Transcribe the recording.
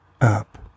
up